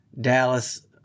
Dallas